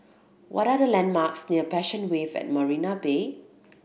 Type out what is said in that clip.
what are the landmarks near Passion Wave at Marina Bay